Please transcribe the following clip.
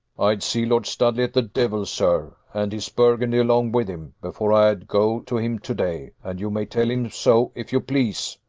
i'd see lord studley at the devil, sir, and his burgundy along with him, before i'd go to him to-day and you may tell him so, if you please,